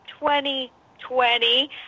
2020